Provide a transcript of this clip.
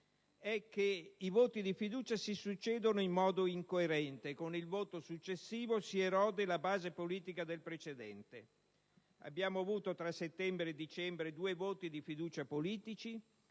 I voti di fiducia si succedono in modo incoerente: con il voto successivo si erode la base politica del precedente. Abbiamo avuto tra settembre e dicembre due voti di fiducia politici,